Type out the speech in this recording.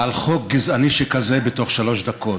על חוק גזעני שכזה בתוך שלוש דקות.